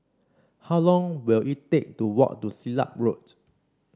how long will it take to walk to Silat Road